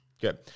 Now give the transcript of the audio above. Good